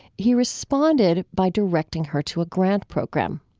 he responded by directing her to a grant program.